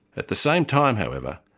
at the same time, however,